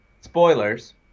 spoilers